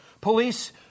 Police